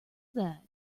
that